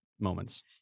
moments